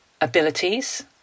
abilities